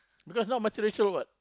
because now